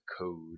code